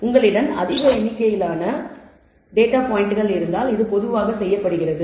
உங்களிடம் அதிக எண்ணிக்கையிலான டேட்டா பாயிண்ட்கள் இருந்தால் இது பொதுவாக செய்யப்படுகிறது